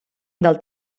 del